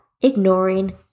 ignoring